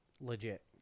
legit